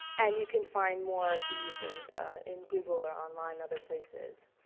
and you can find more of these in in google or online in other places.